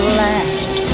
last